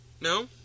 No